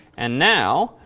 and now,